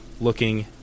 looking